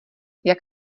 jak